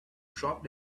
dropped